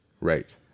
Right